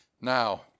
Now